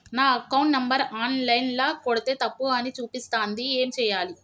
నా account number online ల కొడ్తే తప్పు అని చూపిస్తాంది ఏం చేయాలి?